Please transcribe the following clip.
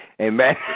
Amen